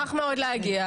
נשמח מאוד להגיע.